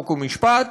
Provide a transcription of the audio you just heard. חוק ומשפט,